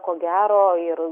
ko gero ir